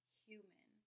human